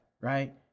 right